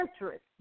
interest